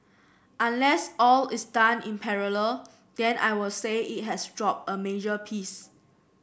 unless all is done in parallel then I will say it has dropped a major piece